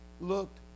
looked